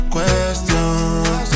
Question